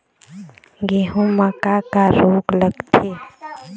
गेहूं म का का रोग लगथे?